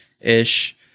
ish